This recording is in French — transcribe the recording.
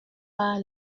par